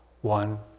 one